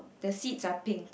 the seats are pink